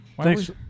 Thanks